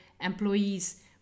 employees